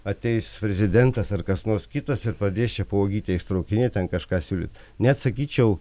ateis prezidentas ar kas nors kitas ir pradės čia po uogytę ištraukinėt ten kažką siūlyt net sakyčiau